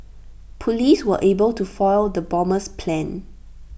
Police were able to foil the bomber's plans